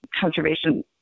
conservation